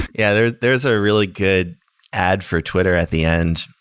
yeah, there's there's a really good ad for twitter at the end,